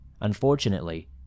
Unfortunately